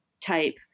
type